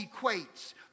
equates